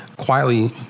quietly